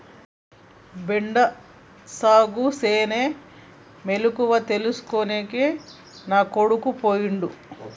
బెండ సాగుసేనే మెలకువల తెల్సుకోనికే నా కొడుకు పోయిండు